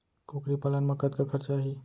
कुकरी पालन म कतका खरचा आही?